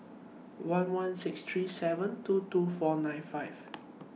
one one six three seven two two four nine five